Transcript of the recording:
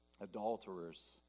adulterers